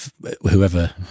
Whoever